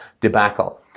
debacle